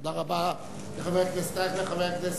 תודה רבה לחבר הכנסת אייכלר.